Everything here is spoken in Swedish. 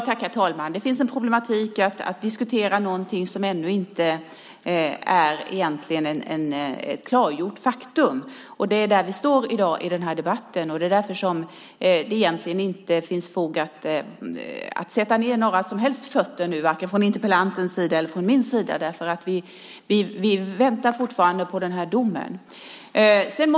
Herr talman! Det finns en problematik i att diskutera någonting som ännu inte är ett klargjort faktum. Det är där vi står i dag i den här debatten, och det är därför det egentligen inte finns fog att nu sätta ned foten, varken från interpellantens eller från min sida. Vi väntar fortfarande på den här domen.